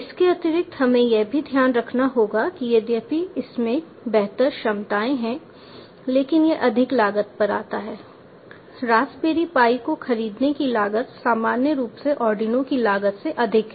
इसके अतिरिक्त हमें यह भी ध्यान रखना होगा कि यद्यपि इसमें बेहतर क्षमताएं हैं लेकिन यह अधिक लागत पर आता है रास्पबेरी पाई को खरीदने की लागत सामान्य रूप से आर्डिनो की लागत से अधिक है